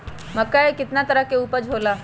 मक्का के कितना तरह के उपज हो ला?